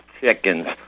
chickens